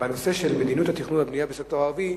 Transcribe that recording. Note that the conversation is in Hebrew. בנושא: מדיניות התכנון והבנייה בסקטור הערבי,